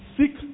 seek